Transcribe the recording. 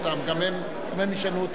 גם הם ישנו אותם מייד,